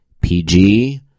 PG